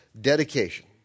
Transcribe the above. Dedication